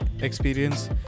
experience